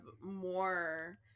more